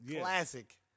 Classic